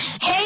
Hey